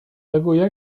nagoya